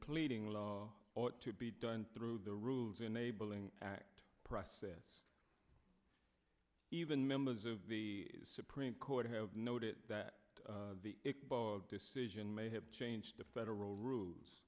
pleading law ought to be done through the rules enabling act process even members of the supreme court have noted that the decision may have changed the federal rules